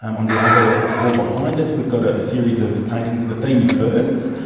um on the other wall behind us we've got ah a series of paintings, the theme is birds.